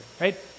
right